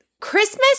Christmas